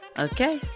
Okay